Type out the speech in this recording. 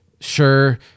sure